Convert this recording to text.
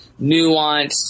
nuanced